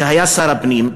שהיה שר הפנים,